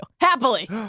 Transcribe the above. happily